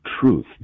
Truth